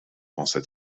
pensa